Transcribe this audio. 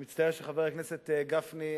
אני מצטער שחבר הכנסת גפני,